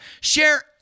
share